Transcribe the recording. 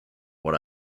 what